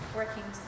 working